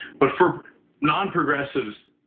but for non-progressives,